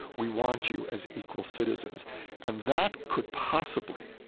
we want you as equal citizens and that could possibly,